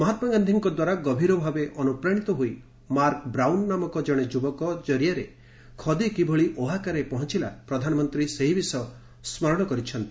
ମହାତ୍ମା ଗାନ୍ଧୀଙ୍କ ଦ୍ୱାରା ଗଭୀର ଭାବେ ଅନୁପ୍ରାଣୀତ ହୋଇ ମାର୍କ ବ୍ରାଉନ ନାମକ ଜଣେ ଯୁବକ ଜରିଆରେ ଖଦୀ କିଭଳି 'ଓହାକା'ରେ ପହଞ୍ଚଲା ପ୍ରଧାନମନ୍ତ୍ରୀ ସେହି ବିଷୟ ସ୍କରଣ କରିଛନ୍ତି